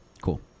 Cool